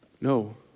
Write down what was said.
No